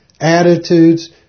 attitudes